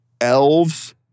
elves